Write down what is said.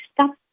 stop